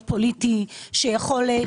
להם.